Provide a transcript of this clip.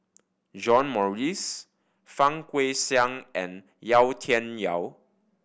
John Morrice Fang Guixiang and Yau Tian Yau